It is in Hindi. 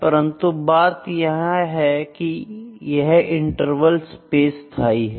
परंतु बात यह है कि यहां इंटरवल स्पेस स्थाई है